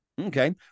Okay